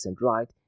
right